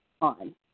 on